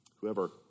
Whoever